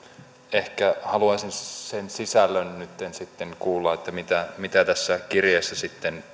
ehkä haluaisin sen sisällön nytten sitten kuulla mitä mitä tässä kirjeessä sitten